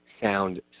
sound